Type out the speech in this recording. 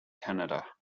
canada